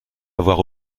avoir